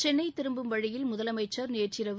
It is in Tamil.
சென்னை திரும்பும் வழியில் முதலமைச்சா் நேற்றிரவு